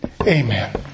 Amen